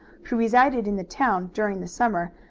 who resided in the town during the summer,